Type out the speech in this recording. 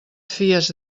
fies